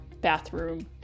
bathroom